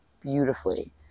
beautifully